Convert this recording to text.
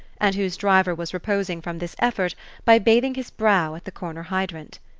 and whose driver was reposing from this effort by bathing his brow at the corner hydrant.